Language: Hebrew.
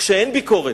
כשאין ביקורת,